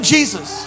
Jesus